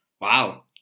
Wow